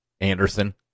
Anderson